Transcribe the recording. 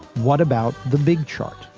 what about the big chart,